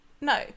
No